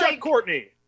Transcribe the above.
Courtney